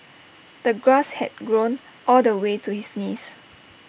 the grass had grown all the way to his knees